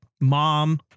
mom